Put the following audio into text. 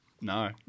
no